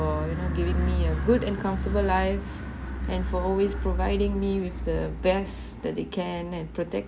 giving me a good and comfortable life and for always providing me with the best that they can and protect~